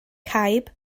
caib